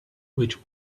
which